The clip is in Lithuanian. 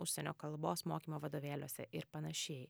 užsienio kalbos mokymo vadovėliuose ir panašiai